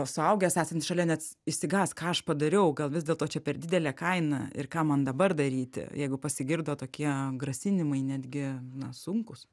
suaugęs esantis šalia net išsigąs ką aš padariau gal vis dėlto čia per didelė kaina ir ką man dabar daryti jeigu pasigirdo tokie grasinimai netgi na sunkūs